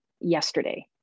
yesterday